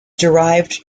derived